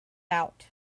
out